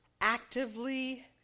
actively